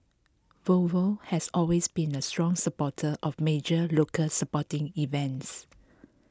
Volvo has always been a strong supporter of major local sporting events